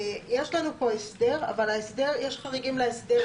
יש לנו פה הסדר, אבל יש חריגים להסדר.